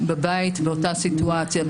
בבית באותה סיטואציה.